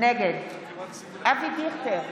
נגד אבי דיכטר,